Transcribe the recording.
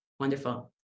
Wonderful